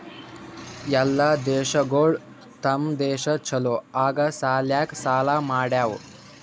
ಎಲ್ಲಾ ದೇಶಗೊಳ್ ತಮ್ ದೇಶ ಛಲೋ ಆಗಾ ಸಲ್ಯಾಕ್ ಸಾಲಾ ಮಾಡ್ಯಾವ್